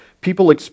people